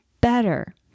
better